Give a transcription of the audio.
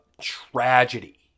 tragedy